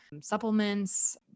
supplements